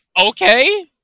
okay